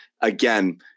again